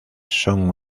son